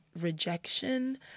rejection